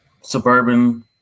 suburban